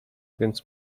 więc